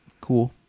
Cool